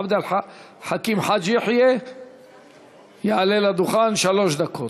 עבד אל חכים חאג' יחיא יעלה לדוכן, שלוש דקות.